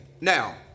now